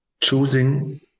choosing